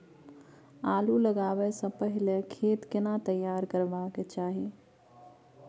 आलू लगाबै स पहिले खेत केना तैयार करबा के चाहय?